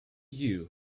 you